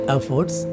Efforts